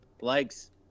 likes